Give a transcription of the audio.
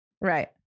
right